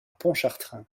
pontchartrain